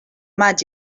maig